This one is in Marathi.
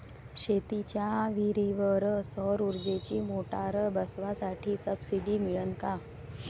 शेतीच्या विहीरीवर सौर ऊर्जेची मोटार बसवासाठी सबसीडी मिळन का?